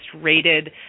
rated